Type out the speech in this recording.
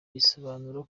bisobanura